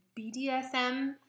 BDSM